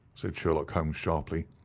said sherlock holmes sharply.